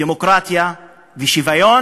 דמוקרטיה ושוויון,